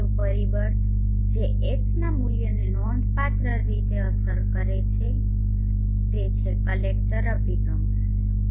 બીજો પરિબળ જે H ના આ મૂલ્યને નોંધપાત્ર રીતે અસર કરે છે તે છે કલેક્ટર અભિગમ છે